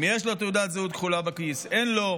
אם יש לו תעודת זהות כחולה בכיס או אין לו,